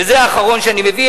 וזה האחרון שאני מביא,